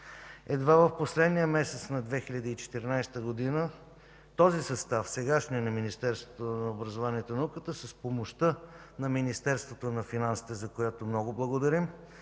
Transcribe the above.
едва в последния месец на 2014 г. Сегашният състав на Министерството на образованието и науката с помощта на Министерството на финансите, за която много благодарим,